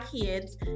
Kids